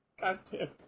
Goddamn